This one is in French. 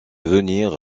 venir